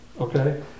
Okay